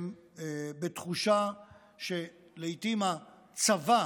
הם בתחושה שלעיתים הצבא